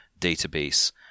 database